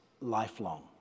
lifelong